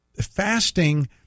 fasting